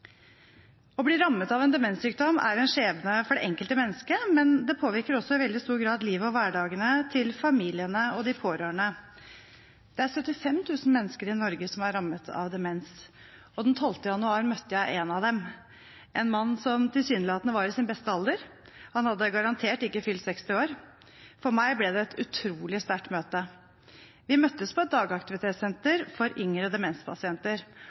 Å bli rammet av en demenssykdom er en skjebne for det enkelte mennesket, men det påvirker også i veldig stor grad livet og hverdagene til familien og de pårørende. Det er 75 000 mennesker i Norge som er rammet av demens, og den 12. januar møtte jeg en av dem – en mann som tilsynelatende var i sin beste alder, han hadde garantert ikke fylt 60 år. For meg ble det et utrolig sterkt møte. Vi møttes på et dagaktivitetssenter for yngre demenspasienter.